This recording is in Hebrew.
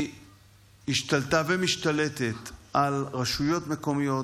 היא השתלטה ומשתלטת על רשויות מקומיות,